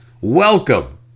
Welcome